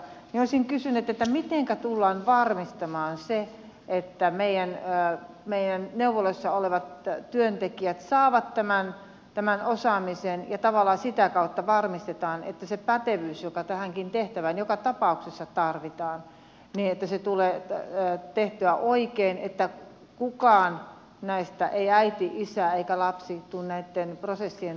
olisin kysynyt mitenkä tullaan varmistamaan se että meidän neuvoloissa olevat työntekijät saavat tämän osaamisen ja tavallaan sitä kautta varmistetaan että se pätevyys joka tähänkin tehtävään joka tapauksessa tarvitaan tulee tehtyä oikein ettei kukaan näistä ei äiti isä eikä lapsi tunne että näitten prosessien takia heidän oikeusturvansa tulee heikkenemään